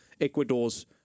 Ecuador's